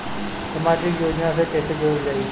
समाजिक योजना से कैसे जुड़ल जाइ?